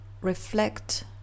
reflect